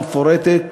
המפורטת,